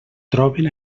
troben